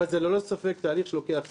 אבל זה ללא ספק תהליך שלוקח זמן,